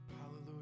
Hallelujah